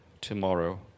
tomorrow